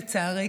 לצערי,